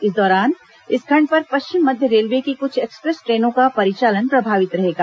इस दौरान इस खंड पर पश्चिम मध्य रेलवे की कुछ एक्सप्रेस ट्रेनों का परिचालन प्रभावित रहेगा